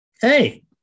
Hey